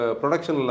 production